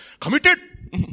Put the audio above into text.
Committed